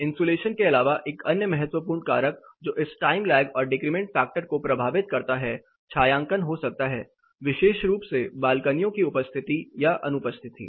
insulation के अलावा एक अन्य महत्वपूर्ण कारक जो इस टाइम लैग और डिक्रिमेंट फैक्टर को प्रभावित करता है छायांकन हो सकता है विशेष रूप से बालकनियों की उपस्थिति या अनुपस्थिति